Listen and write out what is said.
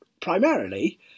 primarily